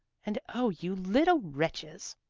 and oh, you little wretches!